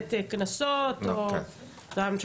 לתת קנסות וכן הלאה.